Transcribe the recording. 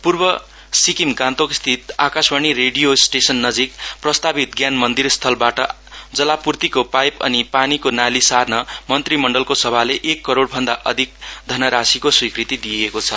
पूर्व सिक्किम गान्तोकस्थित Akashvani radio station नजिक प्रस्तावित ज्ञान मन्दिर स्थलबाट जलापूर्तिको पाइप अनि पानीको नाली सार्न मन्त्रीमण्डलको सभाले एक करोड भन्दा अधिक धनराशीको स्वीकृति दिएको छ